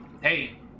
Hey